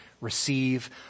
receive